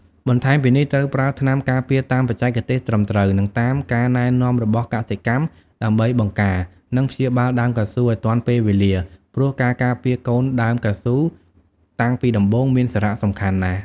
បន្ថែមពីនេះត្រូវប្រើថ្នាំការពារតាមបច្ចេកទេសត្រឹមត្រូវ និងតាមការណែនាំរបស់កសិកម្ម ដើម្បីបង្ការ និងព្យាបាលដើមកៅស៊ូឱ្យទាន់ពេលវេលា ព្រោះការការពារកូនដើមកៅស៊ូតាំងពីដំបូងមានសារៈសំខាន់ណាស់។